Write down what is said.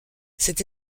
cette